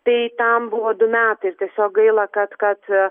tai tam buvo du metai ir tiesiog gaila kad kad